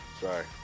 Sorry